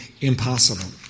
impossible